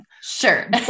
Sure